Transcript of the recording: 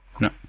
No